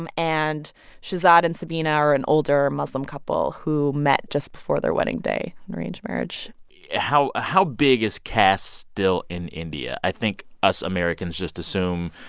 um and shahzad and sabeena are an older muslim couple, who met just before their wedding day an arranged marriage how ah how big is caste still in india? i think us americans just assume,